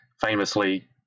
famously